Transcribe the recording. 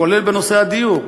כולל בנושא הדיור,